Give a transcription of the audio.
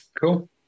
Cool